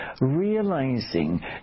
realizing